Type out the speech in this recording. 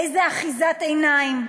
איזו אחיזת עיניים.